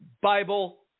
Bible